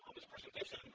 this presentation